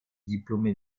diplômé